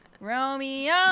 Romeo